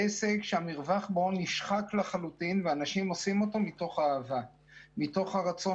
הרווח נשחק לחלוטין ואנשים עוסקים בזה מתוך אהבה ומתוך רצון